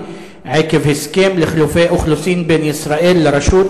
עקב הסכם לחילופי אוכלוסין בין ישראל לרשות",